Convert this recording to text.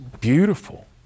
beautiful